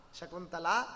Shakuntala